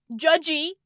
judgy